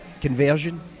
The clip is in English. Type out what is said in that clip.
conversion